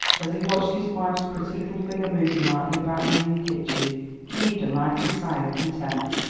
as he watched his wife's pretty little figure moving lightly about her new kitchen heaved a mighty sigh of content.